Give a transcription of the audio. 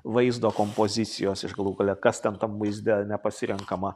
vaizdo kompozicijos iš galų gale kas ten tam vaizde ane pasirenkama